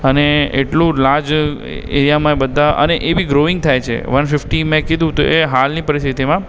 અને એટલું લાર્જ એરિયામાં બધા અને એ બી ગ્રોવિંગ થાય છે વન ફિફ્ટી મેં કીધું તો એ હાલની પરિસ્થિતિમાં